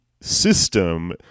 system